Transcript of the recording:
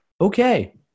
Okay